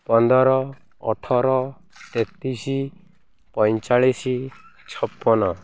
ପନ୍ଦର ଅଠର ତେତିଶି ପଇଁଚାଳିଶି ଛପନ